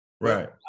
Right